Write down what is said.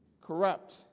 corrupt